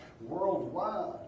worldwide